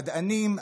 מדענים,